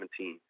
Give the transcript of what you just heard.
2017